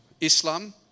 Islam